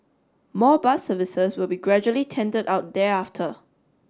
more bus services will be gradually tendered out thereafter